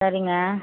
சரிங்க